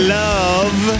love